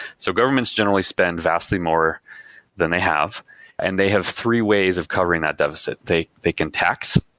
so governments generally spend vastly more than they have and they have three ways of covering that deficit. they they can tax.